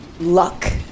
luck